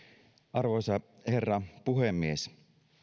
arvoisa herra puhemies